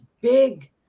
big